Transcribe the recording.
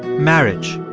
marriage